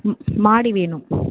மாடி வேணும்